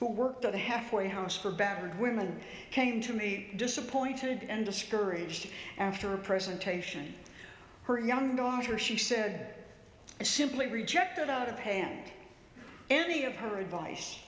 who worked at a halfway house for battered women came to me disappointed and discouraged after a presentation her young daughter she said simply rejected out of hand any of her advice